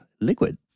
liquid